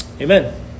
Amen